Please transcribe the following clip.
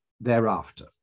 thereafter